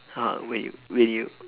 uh when when you